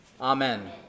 amen